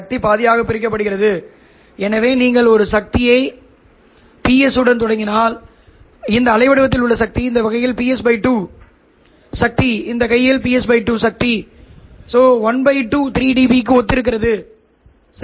சக்தி பாதியாகப் பிரிக்கப்படுகிறது எனவே நீங்கள் ஒரு சக்தி Ps உடன் தொடங்கினால் இந்த அலைவடிவத்தில் உள்ள சக்தி இந்த கையில் Ps 2 சக்தி இந்த கையில் Ps 2 இந்த 12 3dB க்கு ஒத்திருக்கிறது சரி